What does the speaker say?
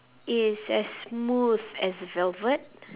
is as smooth as velvet